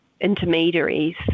intermediaries